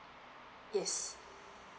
yes